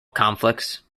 conflicts